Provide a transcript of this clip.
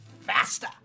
faster